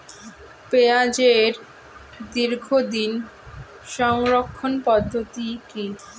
পেঁয়াজের দীর্ঘদিন সংরক্ষণ পদ্ধতি কি?